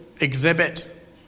exhibit